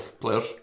players